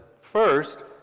First